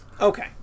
Okay